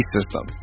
System